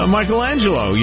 Michelangelo